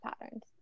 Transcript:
patterns